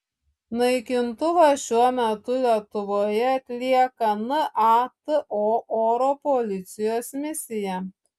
naikintuvas šiuo metu lietuvoje atlieka nato oro policijos misiją